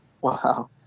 Wow